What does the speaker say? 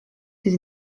his